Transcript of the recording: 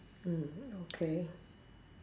mm okay